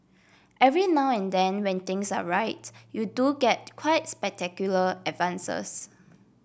every now and then when things are right you do get quite spectacular advances